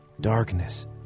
darkness